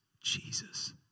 Jesus